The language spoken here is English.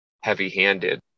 heavy-handed